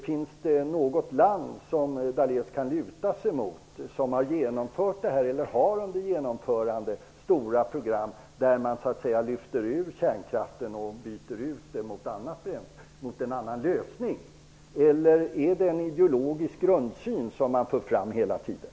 Finns det något land som Lennart Daléus kan luta sig mot som har genomfört detta eller har under genomförande stora program där man lyfter ut kärnkraften och tar in en annan lösning? Eller är det en ideologisk grundsyn som han för fram hela tiden?